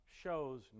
shows